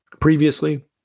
previously